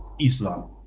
Islam